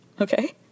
Okay